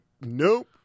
nope